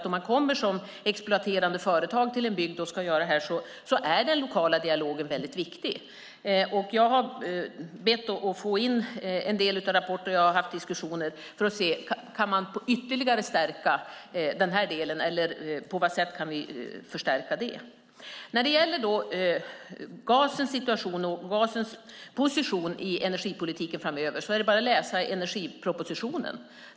Om man kommer som exploaterande företag till en bygd är den lokala dialogen väldigt viktig. Jag har bett att få in en del rapporter och haft en del diskussioner för att se om man ytterligare kan stärka den här delen och på vilket sätt man kan förstärka det. När det gäller gasens position i energipolitiken framöver är det bara att läsa energipropositionen.